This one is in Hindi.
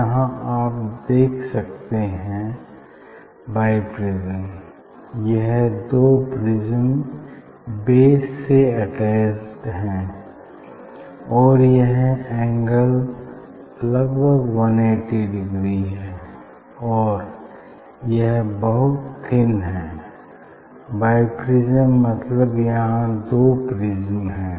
यहाँ आप देख सकते हैं बाईप्रिज्म यह दो प्रिज्म बेस से अटैच्ड हैं और यह एंगल लगभग वन एटी डिग्री है और यह बहुत थिन हैबाईप्रिज्म मतलब यहाँ दो प्रिज्म है